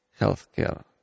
healthcare